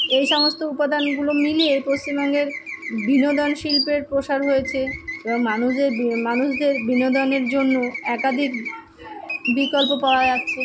এই সমস্ত উপাদানগুলো মিলিয়ে পশ্চিমবঙ্গের বিনোদন শিল্পের প্রসার হয়েছে এবং মানুষদের মানুষদের বিনোদনের জন্য একাধিক বিকল্প পাওয়া যাচ্ছে